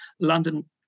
London